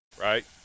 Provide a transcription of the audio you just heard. right